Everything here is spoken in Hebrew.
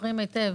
זוכרים היטב,